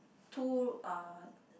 two uh